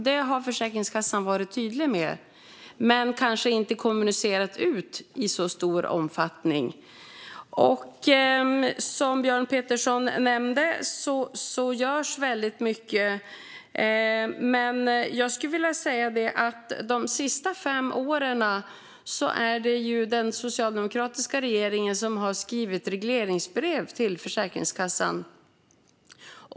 Det har Försäkringskassan varit tydlig med men kanske inte kommunicerat ut i så stor omfattning. Som Björn Petersson nämnde görs mycket, men jag skulle vilja säga att det de senaste fem åren har varit den socialdemokratiska regeringen som har skrivit regleringsbrev till Försäkringskassan.